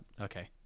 Okay